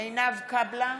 עינב קאבלה,